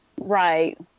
right